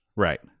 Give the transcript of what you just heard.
Right